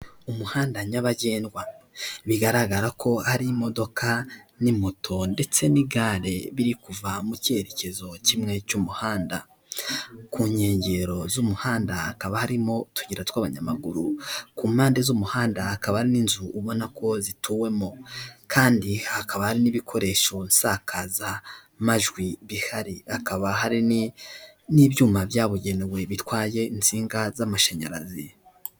Umuhanda nyabagendwa. Bigaragara ko hari imodoka n'imoto ndetse n'igare biri kuva mu cyerekezo kimwe cy'umuhanda. Ku nkengero z'umuhanda hakaba harimo utuyira tw'abanyamaguru. Ku mpande z'umuhanda hakaba n'inzu ubona ko zituwemo kandi hakaba hari n'ibikoresho nsakazamajwi bihari. Hakaba hari n'ibyuma byabugenewe bitwaye insinga z'amashanyarazi.